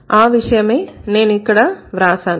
ఆ విషయమే నేను ఇక్కడ వ్రాసాను